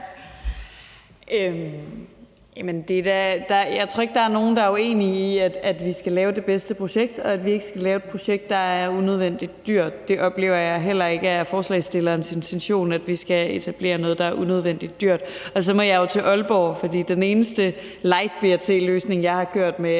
Jeg tror ikke, der nogen der er uenige i, at vi skal lave det bedste projekt, og at vi ikke skal lave et projekt, der er unødvendig dyrt. Jeg oplever heller ikke, at det er forslagsstillernes intention, at vi skal etablere noget, der er unødvendig dyrt. Og så må jeg jo til Aalborg, for den eneste light-BRT-løsning, jeg har kørt med,